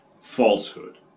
falsehood